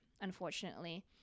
unfortunately